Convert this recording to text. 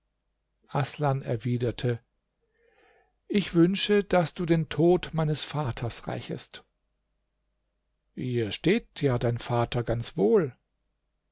aßlan erwiderte ich wünsche daß du den tod meines vaters rächest hier steht ja dein vater ganz wohl